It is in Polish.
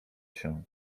się